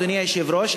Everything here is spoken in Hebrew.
אדוני היושב-ראש,